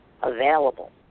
Available